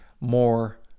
more